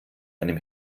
einem